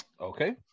okay